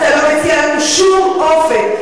אתה לא מציע לנו שום אופק,